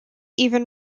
even